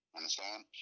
Understand